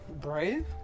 Brave